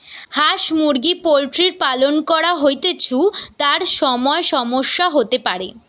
হাঁস মুরগি পোল্ট্রির পালন করা হৈতেছু, তার সময় সমস্যা হতে পারে